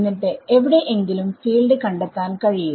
എന്നിട്ട് എവിടെ എങ്കിലും ഫീൽഡ് കണ്ടെത്താൻ കഴിയും